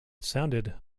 sounded